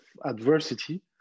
adversity